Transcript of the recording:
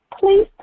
Please